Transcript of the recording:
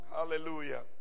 Hallelujah